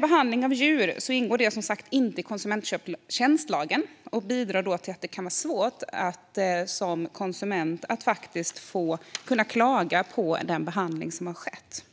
Behandling av djur ingår som sagt inte i konsumenttjänstlagen. Detta bidrar till att det kan vara svårt att som konsument kunna klaga på den behandling som har skett.